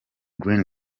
green